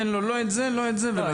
אין לו לא את זה, לא את זה ולא את זה.